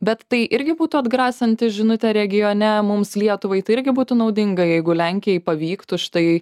bet tai irgi būtų atgrasanti žinutė regione mums lietuvai tai irgi būtų naudinga jeigu lenkijai pavyktų štai